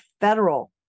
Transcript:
federal